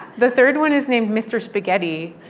the third one is named mr. spaghetti.